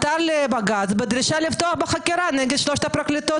לבג"ץ בדרישה לפתוח בחקירה נגד שלוש פרקליטות